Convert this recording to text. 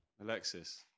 Alexis